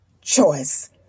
choice